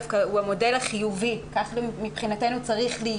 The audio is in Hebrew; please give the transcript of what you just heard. הוא דווקא מודל חיובי ומבחינתנו צריך גם